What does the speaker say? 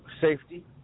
safety